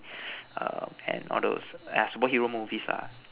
um and all those !aiya! superhero movies lah